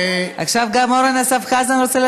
עכשיו גם אורן אסף חזן רוצה לצאת?